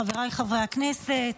חבריי חברי הכנסת,